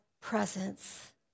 presence